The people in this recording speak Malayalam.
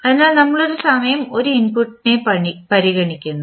അതിനാൽ നമ്മൾ ഒരു സമയം ഒരു ഇൻപുട്ട് പരിഗണിക്കുന്നു